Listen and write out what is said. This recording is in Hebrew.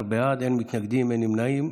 15 בעד, אין מתנגדים ואין נמנעים.